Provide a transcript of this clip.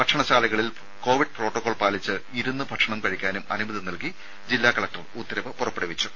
ഭക്ഷണശാലകളിൽ covid protocol പാലിച്ച് ഇരുന്ന് ഭക്ഷണം കഴിക്കാനും അനുമതി നൽകി ജില്ലാ കലക്ടർ ഉത്തരവ് പുറപ്പെടുവിച്ചു